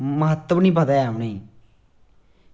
म्हत्व निं पता ऐ उनेंगी